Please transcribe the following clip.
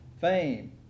fame